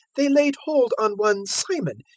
they laid hold on one simon,